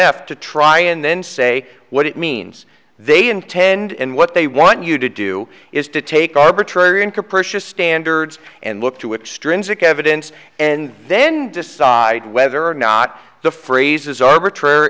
f to try and then say what it means they intend and what they want you to do is to take arbitrary and capricious standards and look to extrinsic evidence and then decide whether or not the phrase is arbitrary